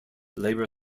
labour